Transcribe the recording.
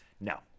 No